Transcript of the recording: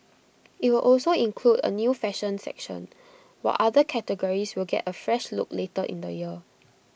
IT will also include A new fashion section while other categories will get A fresh look later in the year